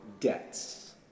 Debts